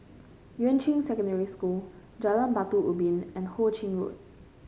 Yuan Ching Secondary School Jalan Batu Ubin and Ho Ching Road